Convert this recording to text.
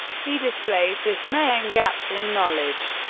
he displays dismaying gaps in knowledge.